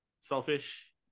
selfish